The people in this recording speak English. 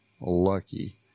lucky